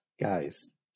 guys